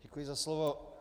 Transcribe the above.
Děkuji za slovo.